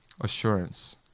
assurance